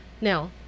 now